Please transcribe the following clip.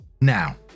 Now